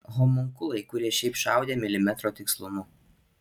homunkulai kurie šiaip šaudė milimetro tikslumu